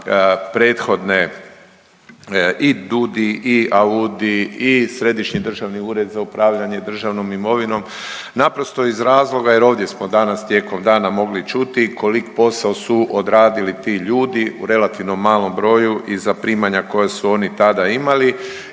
prethodne i DUUDI i AUDIO i Središnji državni ured za upravljanje državnom imovinom naprosto iz razloga jer ovdje smo danas tijekom dana mogli čuti kolik posao su odradili ti ljudi u relativno malom broju i zaprimanja koja su oni tada imali